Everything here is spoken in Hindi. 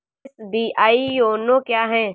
एस.बी.आई योनो क्या है?